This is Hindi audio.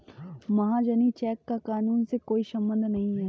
महाजनी चेक का कानून से कोई संबंध नहीं है